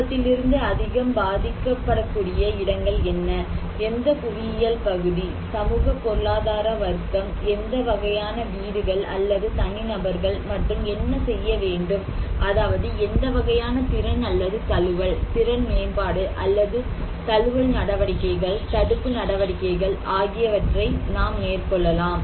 ஆபத்திலிருந்து அதிகம் பாதிக்கப்படக்கூடிய இடங்கள் என்ன எந்த புவியியல் பகுதி சமூக பொருளாதார வர்க்கம் எந்த வகையான வீடுகள் அல்லது தனிநபர்கள் மற்றும் என்ன செய்ய வேண்டும் அதாவது எந்த வகையான திறன் அல்லது தழுவல் திறன் மேம்பாடு அல்லது தழுவல் நடவடிக்கைகள் தடுப்பு நடவடிக்கைகள் ஆகியவற்றை நாம் மேற்கொள்ளலாம்